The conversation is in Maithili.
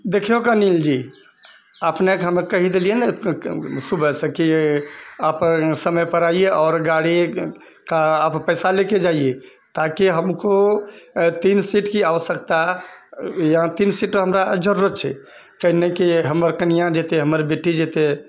देखियौक अनिल जी अपनेके हमे कहि देलियै ने सुबहसँ कि अपन समयपर आइए आओर गाड़ी का आप पैसा लेके जाइए ताकि हमको तीन सीट की आवश्यकता है यहाँ तीन सीट हमरा जरूरत छै काहे नहि कि हमर कनियाँ जेतै हमर बेटी जेतै